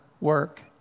work